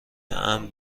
امن